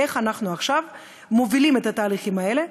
איך אנחנו עכשיו מובילים את התהליכים האלה,